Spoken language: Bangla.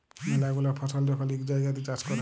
ম্যালা গুলা ফসল যখল ইকই জাগাত চাষ ক্যরে